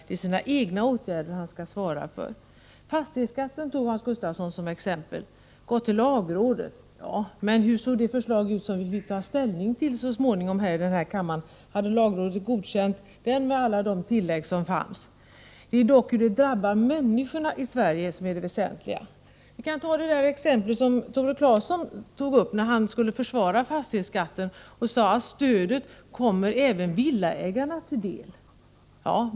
Det är sina egna åtgärder han skall svara för. Fastighetsskatten tog Hans Gustafsson som exempel. Förslaget hade gått till lagrådet, sade han. Men hur såg det förslag ut som vi så småningom fick ta ställning till här i kammaren? Hade lagrådet godkänt det förslaget med alla de tillägg som hade gjorts? Det väsentliga är dock att det är människorna i Sverige som drabbas. Vi kan ta det exempel som Tore Claeson anförde när han skulle försvara fastighetsskatten. Han sade att stödet kommer även villaägarna till del.